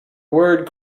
word